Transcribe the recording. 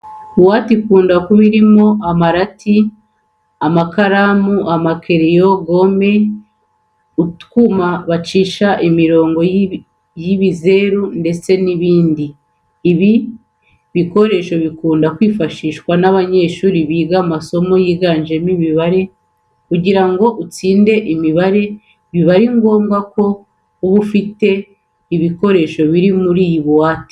Buwate ikunda kuba irimo amarati, amakaramu, amakereyo, gome, utwuma bacisha imirongo y'ibizeru ndetse n'ibindi. Ibi bikoresho bikunda kwifashishwa n'abanyeshuri biga amasomo yiganjemo imibare. Kugira ngo utsinde imibare biba ari ngombwa ko uba ufite ibikoresho birimo n'iyi buwate.